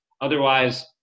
otherwise